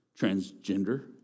transgender